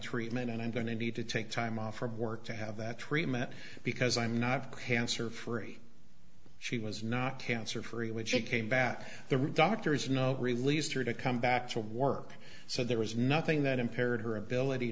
treatment and i'm going to need to take time off from work to have that treatment because i'm not cancer free she was not cancer free when she came back there were doctors no released her to come back to work so there was nothing that impaired her ability